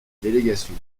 délégation